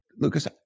Lucas